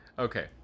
Okay